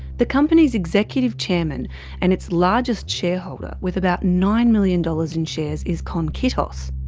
the company's executive chairman and its largest shareholder with about nine million dollars in shares is con kittos.